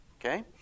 Okay